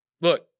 look